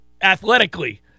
athletically